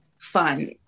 fun